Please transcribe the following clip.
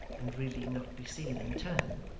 and really not be seen in turn,